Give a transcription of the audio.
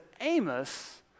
Amos